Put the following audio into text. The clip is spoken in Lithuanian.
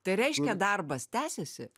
tai reiškia darbas tęsiasi